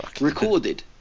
Recorded